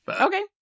Okay